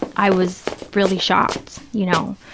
i was really shocked, you know,